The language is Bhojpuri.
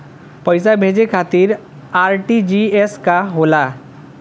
पैसा भेजे खातिर आर.टी.जी.एस का होखेला?